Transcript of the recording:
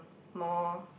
more